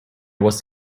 was